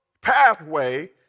pathway